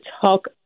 talk